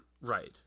Right